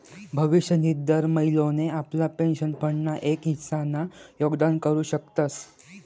भविष्य निधी दर महिनोले आपला पेंशन फंड ना एक हिस्सा ना योगदान करू शकतस